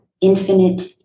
infinite